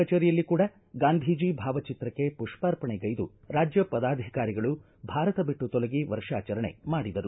ಕಚೇರಿಯಲ್ಲಿ ಕೂಡ ಗಾಂಧೀಜಿ ಭಾವಚಿತ್ರಕ್ಕೆ ಮಷ್ಪಾರ್ಪಣೆ ಗೈದು ರಾಜ್ಯ ಪದಾಧಿಕಾರಿಗಳು ಭಾರತ ಬಿಟ್ಟು ತೊಲಗಿ ವರ್ಷಾಚರಣೆ ಮಾಡಿದರು